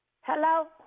Hello